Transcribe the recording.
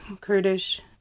Kurdish